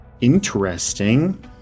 interesting